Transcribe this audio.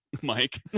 Mike